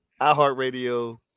iHeartRadio